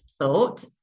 thought